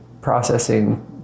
processing